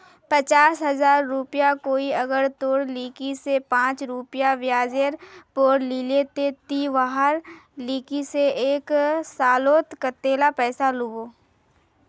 पचास हजार रुपया कोई अगर तोर लिकी से पाँच रुपया ब्याजेर पोर लीले ते ती वहार लिकी से एक सालोत कतेला पैसा लुबो?